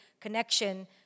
connection